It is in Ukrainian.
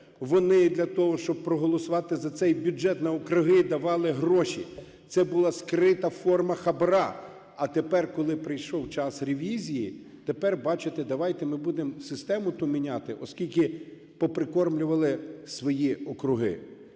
Вони для того, щоб проголосувати за цей бюджет, на округи давали гроші. Це була скрита форма хабара. А тепер, коли прийшов час ревізії, тепер, бачите, давайте ми будемо систему ту міняти, оскільки поприкормлювали свої округи.